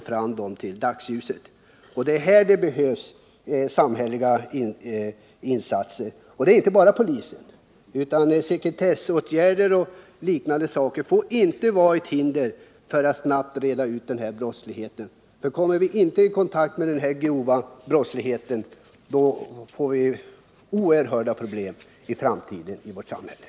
fram dem till dagsljuset. Det är här det behövs samhälleliga insatser — inte bara av polisen. Vidare får inte sekretessbestämmelser och liknande utgöra ett hinder för att snabbt reda ut den här brottsligheten. Kommer vi nämligen inte i kontakt med den grova brottsligheten, då får vi oerhörda problem i vårt samhälle i framtiden.